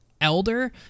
Elder